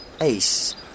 Ace